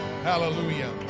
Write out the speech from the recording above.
Hallelujah